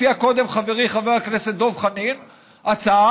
הציע קודם חברי חבר הכנסת דב חנין הצעה